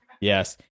yes